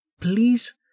please